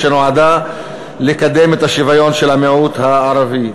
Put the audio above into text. או שנועדה לקדם את השוויון של המיעוט הערבי,